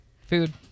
food